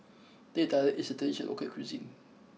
Teh Tarik is a traditional local cuisine